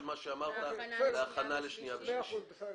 מה שאמרת להכנה לקריאה שנייה ושלישית.